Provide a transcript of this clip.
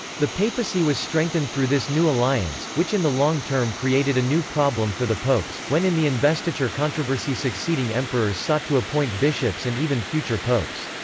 the papacy was strengthened through this new alliance, which in the long term created a new problem for the popes, when in the investiture controversy succeeding emperors sought to appoint bishops and even future popes.